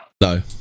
No